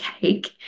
cake